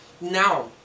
Now